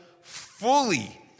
fully